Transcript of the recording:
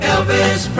Elvis